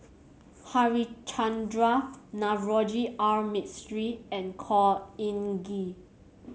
Harichandra Navroji R Mistri and Khor Ean Ghee